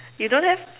you don't have